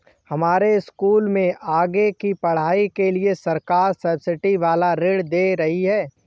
हमारे स्कूल में आगे की पढ़ाई के लिए सरकार सब्सिडी वाला ऋण दे रही है